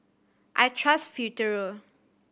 I trust Futuro